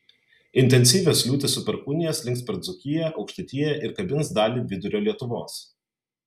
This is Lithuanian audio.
intensyvios liūtys su perkūnija slinks per dzūkiją aukštaitiją ir kabins dalį vidurio lietuvos